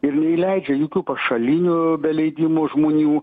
ir neįleidžia jokių pašalinių be leidimo žmonių